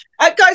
Guys